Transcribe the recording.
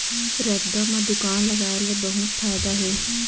रद्दा म दुकान लगाय ले बहुत फायदा हे